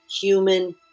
human